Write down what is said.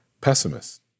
pessimist